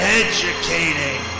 educating